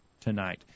tonight